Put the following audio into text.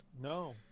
No